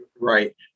Right